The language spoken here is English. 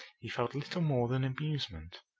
he felt little more than amusement.